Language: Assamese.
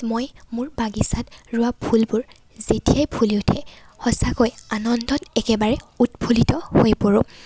মই মোৰ বাগিচাত ৰুৱা ফুলবোৰ যেতিয়াই ফুলি উঠে সচাঁকৈয়ে আনন্দত একেবাৰে উৎফুল্লিত হৈ পৰোঁ